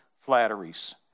flatteries